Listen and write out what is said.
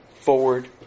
forward